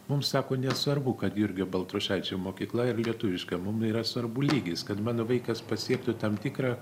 mums sako nesvarbu kad jurgio baltrušaičio mokykla ir lietuviška mums yra svarbu lygis kad mano vaikas pasiektų tam tikrą